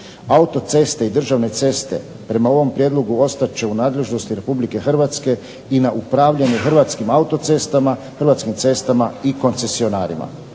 Autoceste i državne ceste prema ovom prijedlogu ostat će u nadležnosti RH i na upravljanje Hrvatskim autocestama, Hrvatskim cestama i koncesionarima.